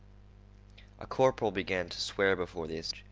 a corporal began to swear before the